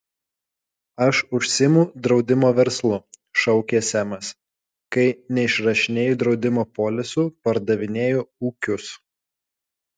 aš užsiimu draudimo verslu šaukė semas kai neišrašinėju draudimo polisų pardavinėju ūkius